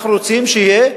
אנחנו רוצים שיהיה,